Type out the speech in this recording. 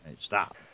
Stop